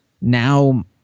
now